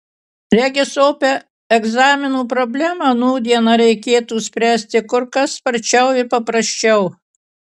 regis opią egzaminų problemą nūdien reikėtų spręsti kur kas sparčiau ir paprasčiau